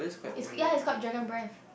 it's ya is called dragon breathe